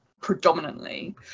predominantly